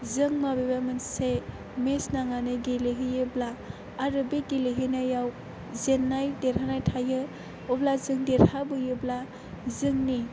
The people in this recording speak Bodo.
जों मबेबा मोनसे मेत्स नांनानै गेलेहैयोब्ला आरो बे गेलेहैनायाव जेननाय देरहानाय थायो अब्ला जों देरहाबोयोब्ला जोंनि